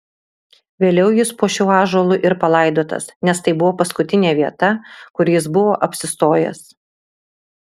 vėliau jis po šiuo ąžuolų ir palaidotas nes tai buvo paskutinė vieta kur jis buvo apsistojęs